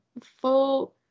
full